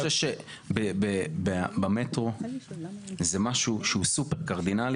אני חושב שבמטרו זה משהו שהוא סופר קרדינלי